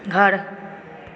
घर